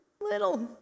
little